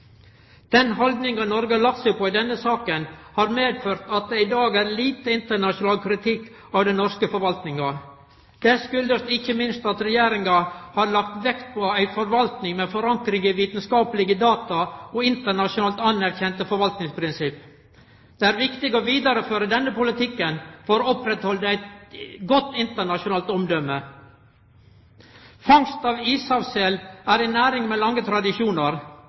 Den haldninga Noreg har lagt seg på i denne saka, har medført at det i dag er lite internasjonal kritikk av den norske forvaltninga. Det kjem ikkje minst av at Regjeringa har lagt vekt på ei forvaltning med forankring i vitskaplege data og internasjonalt anerkjende forvaltningsprinsipp. Det er viktig å vidareføre denne politikken for å halda ved lag eit godt internasjonalt omdømme. Fangst av ishavssel er ei næring med lange tradisjonar.